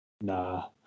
nah